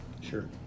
Sure